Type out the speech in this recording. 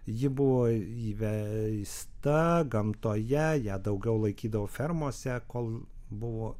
ji buvo įvesta gamtoje ją daugiau laikydavo fermose kol buvo